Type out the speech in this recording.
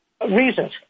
reasons